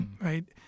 right